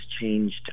changed